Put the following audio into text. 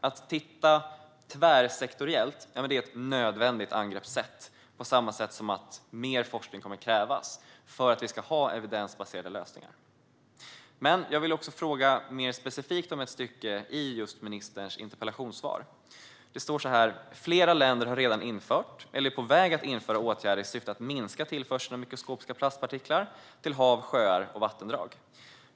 Att titta tvärsektoriellt är ett nödvändigt angreppssätt, på samma sätt som att mer forskning kommer att krävas för att vi ska ha evidensbaserade lösningar. Jag vill fråga mer specifikt om ett stycke i ministerns interpellationssvar där följande står: "Flera länder har redan infört eller är på väg att införa åtgärder i syfte att minska tillförseln av mikroskopiska plastpartiklar till hav, sjöar och vattendrag."